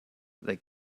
they